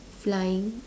flying